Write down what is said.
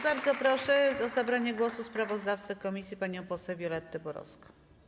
Bardzo proszę o zabranie głosu sprawozdawcę komisji panią poseł Violettę Porowską.